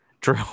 True